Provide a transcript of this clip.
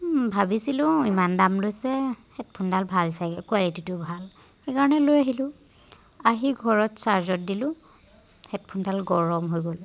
ভাবিছিলোঁ ইমান দাম লৈছে হেডফোনডাল ভাল চাগৈ কুৱালিটীটোও ভাল সেইকাৰণে লৈ আহিলোঁ আহি ঘৰত চাৰ্জত দিলোঁ হেডফোনডাল গৰম হৈ গ'ল